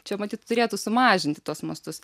čia matyt turėtų sumažinti tuos mastus